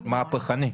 מהפכני.